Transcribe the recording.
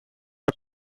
for